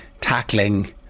tackling